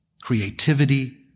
creativity